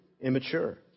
immature